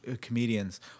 comedians